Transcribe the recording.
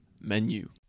menu